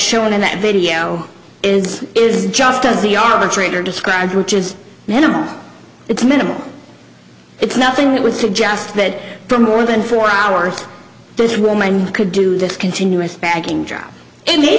shown in that video is is just does the arbitrator described which is minimal it's minimal it's nothing that would suggest that for more than four hours this woman could do this continuous backing job and they